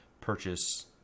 purchase